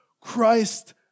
Christ